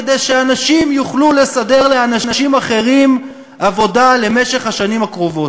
כדי שאנשים יוכלו לסדר לאנשים אחרים עבודה למשך השנים הקרובות.